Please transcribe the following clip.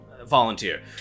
volunteer